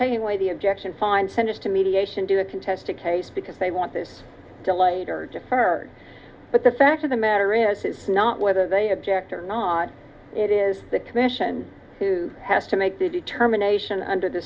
taking away the objection find send it to mediation do a contested case because they want this delayed or deferred but the fact of the matter is is not whether they object or not it is the commission who has to make the determination under the